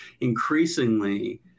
increasingly